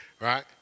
Right